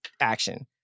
action